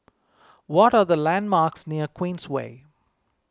what are the landmarks near Queensway